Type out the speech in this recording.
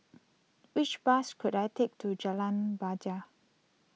which bus could I take to Jalan bajia